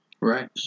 Right